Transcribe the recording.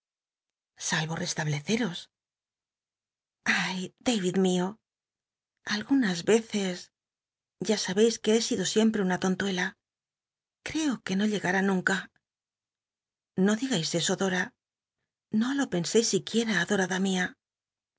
salgo restablecer y y mi lgunas veces ya sabeis que he sido siempre una tontuela creo que no llegará nunca no digais eso dora no lo penseis siquiera adorada mia